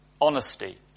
Honesty